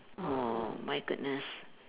oh my goodness